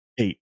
Eight